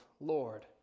Lord